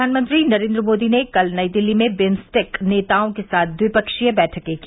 प्रधानमंत्री नरेन्द्र मोदी ने कल नई दिल्ली में बिम्प्टैक नेताओं के साथ द्विपक्षीय बैठकें की